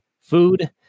food